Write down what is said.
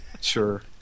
Sure